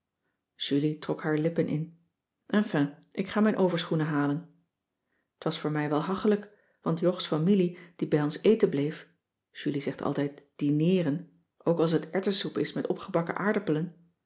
julie trok haar lippen in enfin ik ga mijn overschoenen halen t was voor mij wel hachelijk want jogs familie die bij ons eten bleef julie zegt altijd dineeren ook als het erwtensoep is met opgebakken aardappelen